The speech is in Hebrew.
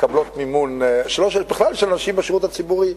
בכלל של אנשים בשירות הציבורי,